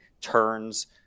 turns